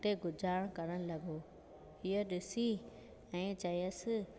ते गुज़रु करणु लॻो इहो ॾिसी कंहिं चयसि